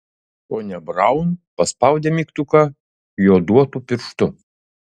ponia braun paspaudė mygtuką joduotu pirštu